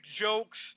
jokes